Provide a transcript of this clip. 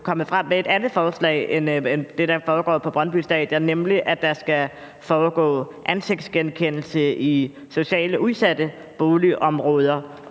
kommet frem med et forslag om noget andet end det, der foregår på Brøndby Stadion, nemlig at der skal bruges ansigtsgenkendelse i socialt udsatte boligområder;